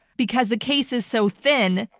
because the case is so thin,